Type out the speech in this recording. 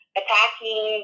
attacking